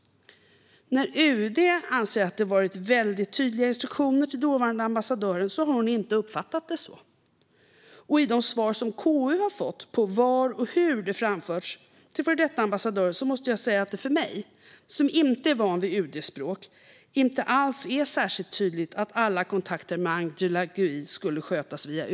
UD anser att instruktionerna till den dåvarande ambassadören har varit väldigt tydliga, men hon har inte uppfattat det så. Utifrån de svar som KU har fått på var och hur detta framförts till den före detta ambassadören måste jag säga att det för mig, som inte är van vid UD-språk, inte alls är särskilt tydligt att alla kontakter med Angela Gui skulle skötas via UD.